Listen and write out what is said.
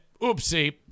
Oopsie